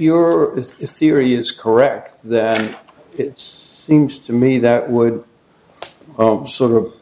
your theory is correct that it's seems to me that would sort of